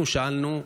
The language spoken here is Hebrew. אנחנו שאלנו,